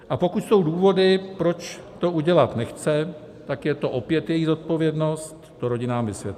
A pokud jsou důvody, proč to udělat nechce, tak je to opět její zodpovědnost to rodinám vysvětlit.